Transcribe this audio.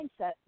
mindset